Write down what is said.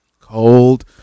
cold